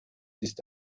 ist